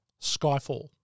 Skyfall